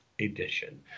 Edition